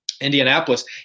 Indianapolis